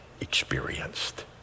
experienced